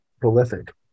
prolific